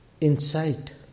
insight